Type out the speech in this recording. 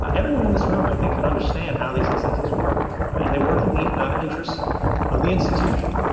um everyone in this room, i think, can understand how these incentives work, and they work in the interests of the institution.